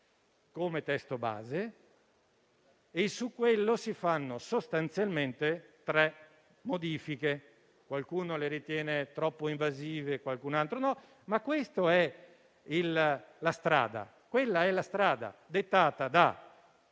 come testo base e su quello si operano sostanzialmente tre modifiche. Qualcuno le ritiene troppo invasive, qualcun altro meno, ma quella è la strada. Quella è la strada, dettata da